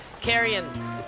carrying